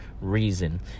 reason